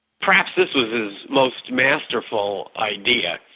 perhaps this was his most masterful idea,